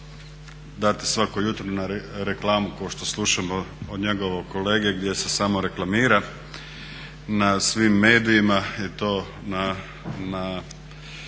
Hvala.